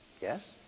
Yes